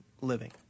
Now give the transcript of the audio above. living